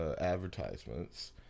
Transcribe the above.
advertisements